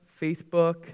Facebook